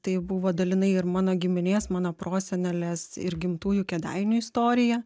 tai buvo dalinai ir mano giminės mano prosenelės ir gimtųjų kėdainių istorija